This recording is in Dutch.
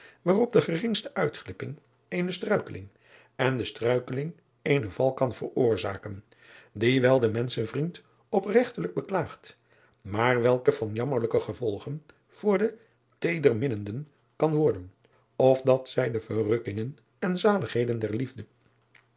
waarop de geringste uitglipping eene struikeling en de struikeling eenen val kan veroorzaken dien wel de menschenvriend opregtelijk beklaagt maar welke van jammerlijke gevolgen voor de teederminnenden kan worden of dat zij de verrukkingen en zaligheden der liefde